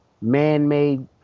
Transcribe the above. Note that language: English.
man-made